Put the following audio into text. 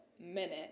minute